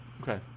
Okay